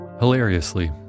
Hilariously